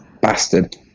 Bastard